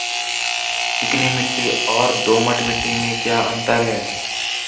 चिकनी मिट्टी और दोमट मिट्टी में क्या अंतर है?